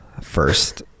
first